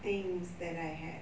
things that I had